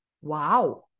wow